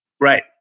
Right